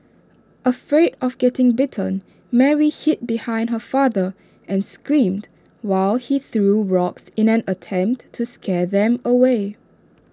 afraid of getting bitten Mary hid behind her father and screamed while he threw rocks in an attempt to scare them away